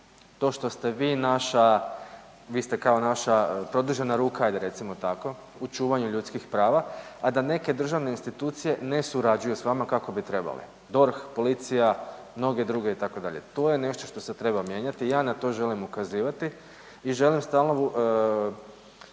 to što ste vi naša, vi ste kao naša produžena ruka ajde recimo tako u čuvanju ljudskih prava, a da neke državne institucije ne surađuju s vama kako bi trebali DORH, policija i mnoge druge itd., to je nešto što se treba mijenjati i ja na to želim ukazivati i želim stalnu